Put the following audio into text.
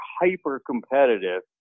hyper-competitive